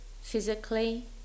physically